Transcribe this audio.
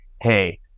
hey